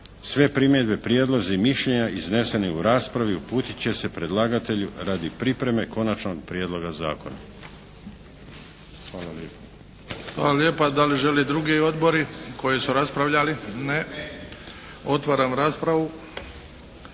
sve primjedbe, prijedlozi i mišljenja izneseni u raspravu uputit će se predlagatelju radi pripreme Konačnog prijedloga zakona.